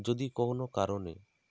যদি কোনো কারণে